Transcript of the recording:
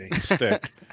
stick